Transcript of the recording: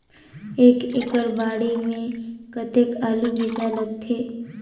एक एकड़ बाड़ी मे कतेक आलू बीजा लगथे?